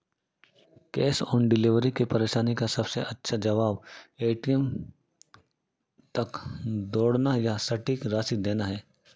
cash on delivery की परेशानी का सबसे अच्छा जवाब, ए.टी.एम तक दौड़ना या सटीक राशि देना है